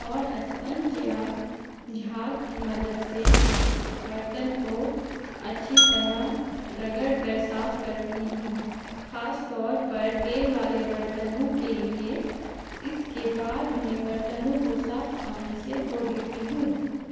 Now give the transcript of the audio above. اور اسفنج یا جھاگ کی مدد سے برتن کو اچھی طرح رگڑ کر صاف کرتی ہوں خاص طور پر تیل والے برتنوں کے لیے اس کے بعد میں برتنوں کو صاف پانی سے دھو دیتی ہوں